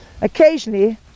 occasionally